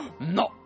no